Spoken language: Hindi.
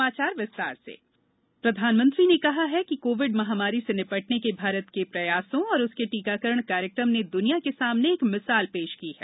मन की बात प्रधानमंत्री नरेन्द्र मोदी ने कहा है कि कोविड महामारी से निपटने के भारत के प्रयासों और उसके टीकाकरण कार्यक्रम ने दुनिया के सामने एक मिसाल पेश की है